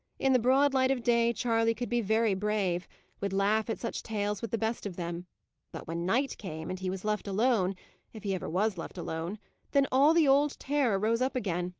in the broad light of day, charley could be very brave would laugh at such tales with the best of them but when night came, and he was left alone if he ever was left alone then all the old terror rose up again,